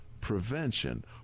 prevention